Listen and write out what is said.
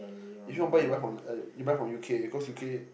if you want buy you buy from uh U_K cause U_K